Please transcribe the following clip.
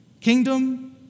kingdom